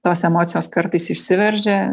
tos emocijos kartais išsiveržia